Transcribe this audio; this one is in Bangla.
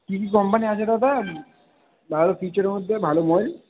কী কী কোম্পানি আছে দাদা ভালো ফিচারের মধ্যে ভালো মোবাইল